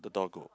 a doggo